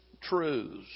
truths